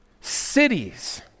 cities